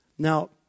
Now